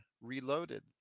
Reloaded